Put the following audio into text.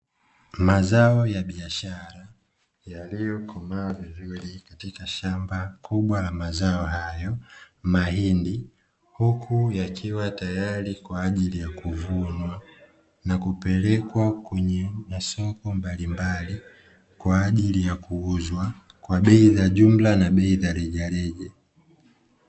Mazao ya biashara yaliyokomaa vizuri katika shamba kubwa la mazao hayo, mahindi. Huku yakiwa tayari kwa ajili ya kuvunwa na kupelekwa kwenye masoko mbalimbali kwa ajili ya kuuzwa kwa bei ya jumla na bei za rejareja.